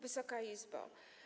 Wysoka Izbo!